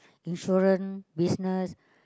insurance business